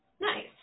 Nice